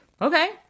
okay